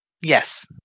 Yes